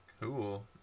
Cool